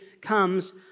comes